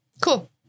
Cool